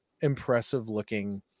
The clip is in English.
impressive-looking